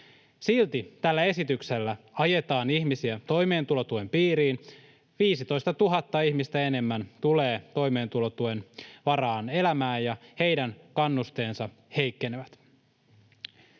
Silti tällä esityksellä ajetaan ihmisiä toimeentulotuen piiriin. 15 000 ihmistä enemmän tulee toimeentulotuen varaan elämään, ja heidän kannusteensa heikkenevät.